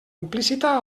implícita